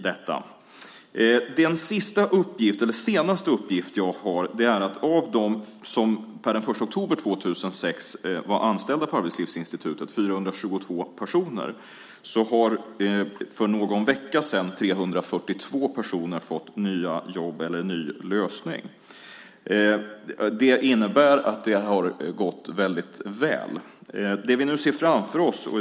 Den senaste uppgiften jag har är att av dem som per den 1 oktober 2006 var anställda på Arbetslivsinstitutet, 422 personer, har för någon vecka sedan 342 personer fått nya jobb eller ny lösning. Det innebär att det har gått väl.